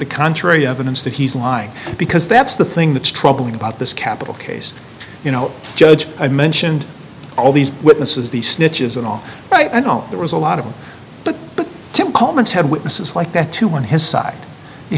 the contrary evidence that he's lying because that's the thing that's troubling about this capital case you know judge i mentioned all these witnesses these snitches and all right i don't there was a lot of them but but tim coleman's have witnesses like that too on his side you